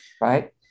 Right